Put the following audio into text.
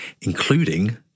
including